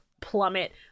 plummet